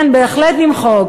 כן, בהחלט למחוק,